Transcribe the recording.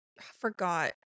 forgot